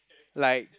like